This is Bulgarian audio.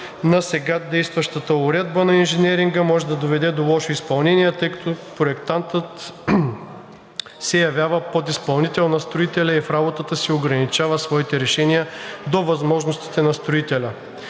на сега действащата уредба на инженеринга може да доведе до лошо изпълнение, тъй като проектантът се явява подизпълнител на строителя и в работата си ограничава своите решения до възможностите на строителя.